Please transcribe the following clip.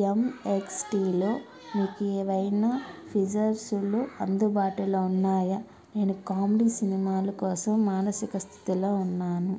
యమ్ ఎక్స్టీలో మీకు ఏవైనా ఫీచర్స్లు అందుబాటులో ఉన్నాయా నేను కామెడీ సినిమాల కోసం మానసిక స్థితిలో ఉన్నాను